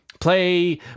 Play